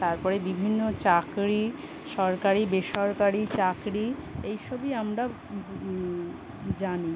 তারপরে বিভিন্ন চাকরি সরকারি বেসরকারি চাকরি এই সবই আমরা জানি